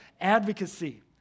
advocacy